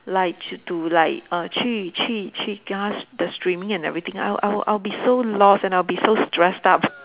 like to like uh 去去去 just the streaming and everything I'll I'll I'll be so lost and I'll be so stressed up